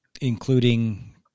including